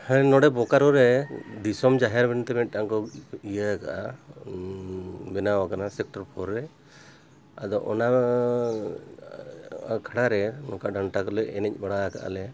ᱦᱮᱸ ᱱᱚᱸᱰᱮ ᱵᱚᱠᱟᱨᱳ ᱨᱮ ᱫᱤᱥᱚᱢ ᱡᱟᱦᱮᱨ ᱢᱮᱱᱛᱮ ᱢᱤᱫᱴᱟᱝ ᱠᱚ ᱤᱭᱟᱹ ᱠᱟᱜᱼᱟ ᱵᱮᱱᱟᱣ ᱟᱠᱟᱱᱟ ᱥᱮᱠᱴᱚᱨ ᱯᱷᱳᱨ ᱨᱮ ᱟᱫᱚ ᱚᱱᱟ ᱠᱷᱟᱲᱟᱨᱮ ᱱᱚᱝᱠᱟ ᱰᱟᱱᱴᱟ ᱠᱚᱞᱮ ᱮᱱᱮᱡ ᱵᱟᱲᱟ ᱟᱠᱟᱫ ᱟᱞᱮ